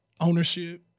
ownership